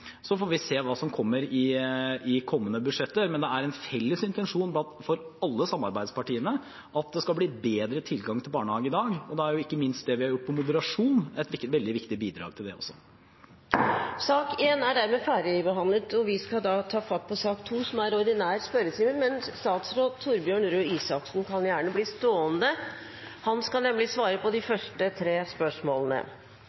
Så får vi se hva som kommer i kommende budsjetter, men det er en felles intensjon for alle samarbeidspartiene at det skal bli bedre tilgang til barnehage enn i dag, og da er ikke minst det vi har gjort på moderasjon, et veldig viktig bidrag til det også. Sak nr. 1 er dermed ferdigbehandlet.